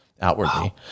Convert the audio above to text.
outwardly